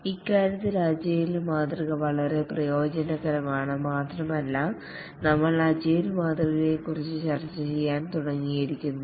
ഇക്കാര്യത്തിൽ അജിലേ മാതൃക വളരെ പ്രയോജനകരമാണ് മാത്രമല്ല നമ്മൾ അജിലേ മാതൃകയെക്കുറിച്ച് ചർച്ചചെയ്യാൻ തുടങ്ങിയിരുന്നു